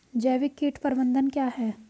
जैविक कीट प्रबंधन क्या है?